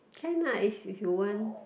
can lah if if you want